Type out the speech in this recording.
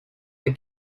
the